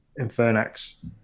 infernax